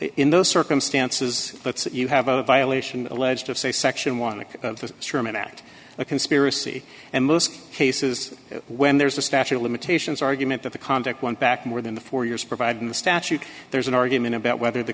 in those circumstances but you have a violation alleged of say section one of the sherman act a conspiracy and most cases when there's a statute of limitations argument that the conduct went back more than the four years provided in the statute there's an argument about whether the